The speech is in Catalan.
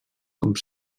com